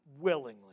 willingly